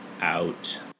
out